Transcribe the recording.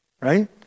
right